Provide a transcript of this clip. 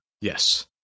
Yes